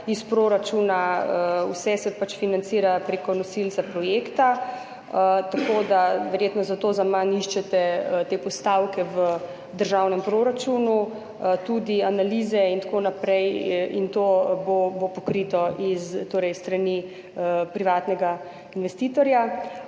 iz proračuna. Vse se pač financira prek nosilca projekta, tako da verjetno zato zaman iščete te postavke v državnem proračunu. Tudi analize in tako naprej in to bo pokrito s strani privatnega investitorja.